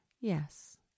Yes